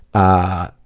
ah,